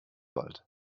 wald